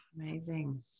Amazing